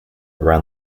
around